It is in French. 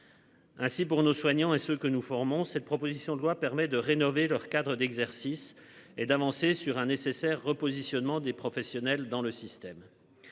Ainsi pour nos soignants et ce que nous formons cette proposition de loi permet de rénover leur cadre d'exercice et d'avancer sur un nécessaire repositionnement des professionnels dans le système.